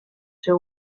ser